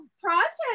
project